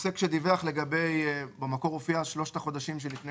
"(11)עוסק שדיווח לגבי ארבעת החודשים שלפני